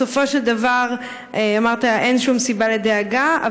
בסופו של דבר אמרת: אין שום סיבה לדאגה.